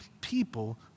people